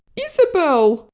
isabelle!